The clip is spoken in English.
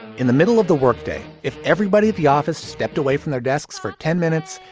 in the middle of the workday, if everybody at the office stepped away from their desks for ten minutes,